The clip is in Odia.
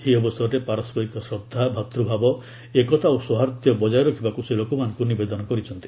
ଏହି ଅବସରରେ ପାରସ୍କରିକ ଶ୍ରଦ୍ଧା ଭ୍ରାତ୍ଭାବ ଏକତା ଓ ସୌହାର୍ଦ୍ଧ୍ୟ ବଜାୟ ରଖିବାକୁ ସେ ଲୋକମାନଙ୍କୁ ନିବେଦନ କରିଛନ୍ତି